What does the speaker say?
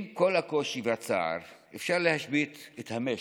עם כל הקושי והצער אפשר להשבית את המשק,